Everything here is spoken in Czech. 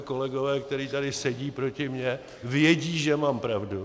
Kolegové, kteří tady sedí proti mně, vědí, že mám pravdu.